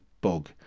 bug